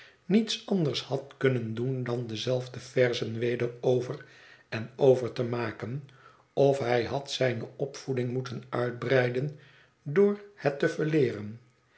niets anders had kunnen doen dan dezelfde verzen weder over on over te maken of hij had zijne opvoeding moeten uitbreiden door het te verleeren